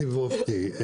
סיב אופטי,